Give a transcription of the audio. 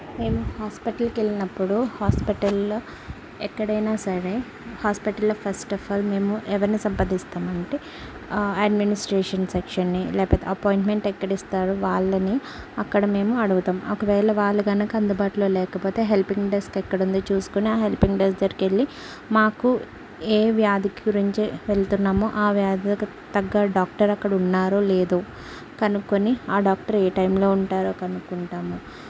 మేం హాస్పిటల్కి వెళ్ళినప్పుడు హాస్పిటల్లో ఎక్కడైనా సరే హాస్పిటల్లో ఫస్ట్ అఫ్ ఆల్ మేము ఎవర్ని సంప్రదిస్తుము అంటే అడ్మినిస్ట్రేషన్ సెక్షన్ని లేకపోతే అపాయింట్మెంట్ ఎక్కడ ఇస్తారో వాళ్ళని అక్కడ మేము అడుగుతం ఒకవేళ వాళ్ళు గనుక అందుబాటులో లేకపోతే హెల్పింగ్ డెస్క్ ఎక్కడుందో చూసుకొని ఆ హెల్పింగ్ డెస్క్ దగ్గరికి వెళ్ళి మాకు ఏ వ్యాధికి గురించే వెళ్తున్నాము ఆ వ్యాధులకు తగ్గ డాక్టర్ అక్కడ ఉన్నారో లేదో కనుక్కొని ఆ డాక్టర్ ఏ టైంలో ఉంటారో కనుక్కుంటాము